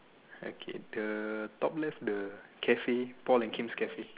okay the top left the Cafe Paul and Kim's cafe